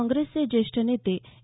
काँग्रेसचे ज्येष्ठ नेते ए